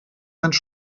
deinen